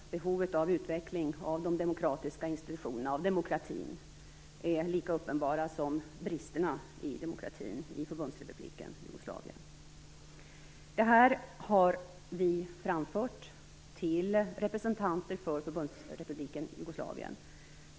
Behovet av utveckling av de demokratiska institutionerna och av demokratin är lika uppenbara som bristerna i demokratin i Förbundsrepubliken Jugoslavien. Det här har vi framfört till representanter för Förbundsrepubliken Jugoslavien.